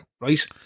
right